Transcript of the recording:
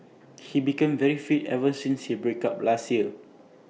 he became very fit ever since his break up last year